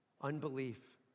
unbelief